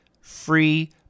free